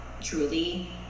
truly